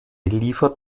liefert